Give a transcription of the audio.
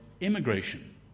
immigration